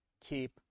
keep